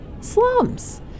slums